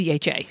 CHA